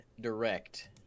direct